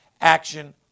action